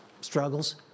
struggles